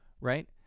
Right